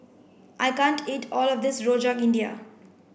I can't eat all of this Rojak India